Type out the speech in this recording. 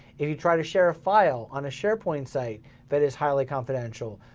if you try to share a file on a sharepoint site that is highly confidential,